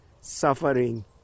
suffering